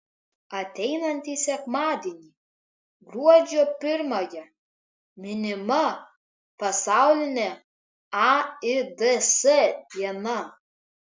ateinantį sekmadienį gruodžio pirmąją minima pasaulinė aids diena